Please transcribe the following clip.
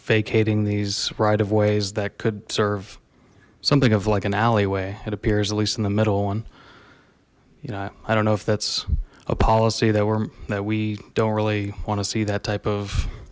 vacating these right of ways that could serve something of like an alleyway it appears at least in the middle and you know i don't know if that's a policy that were that we don't really want to see that type of